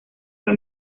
fue